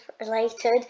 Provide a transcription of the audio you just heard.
related